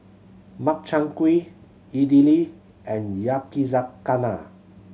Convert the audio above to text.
Makchang Gui Idili and Yakizakana